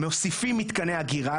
מוסיפים מתקני אגירה.